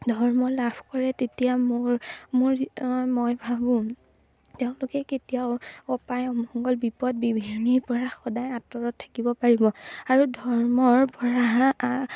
ধৰ্ম লাভ কৰে তেতিয়া মোৰ মোৰ মই ভাবোঁ তেওঁলোকে কেতিয়াও অপায় অমংগল বিপদ বিঘিনীৰ পৰা সদায় আঁতৰত থাকিব পাৰিব আৰু ধৰ্মৰ পৰা আ